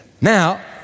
Now